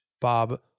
Bob